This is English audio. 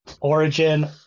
origin